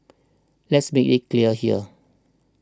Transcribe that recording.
let's make it clear here